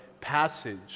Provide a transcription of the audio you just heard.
passage